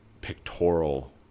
pictorial